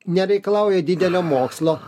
nereikalauja didelio mokslo